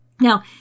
Now